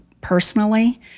personally